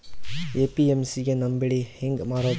APMC ಗೆ ನಮ್ಮ ಬೆಳಿ ಹೆಂಗ ಮಾರೊದ?